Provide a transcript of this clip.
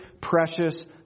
precious